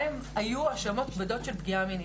גם אם היו האשמות כבדות של פגיעה מינית,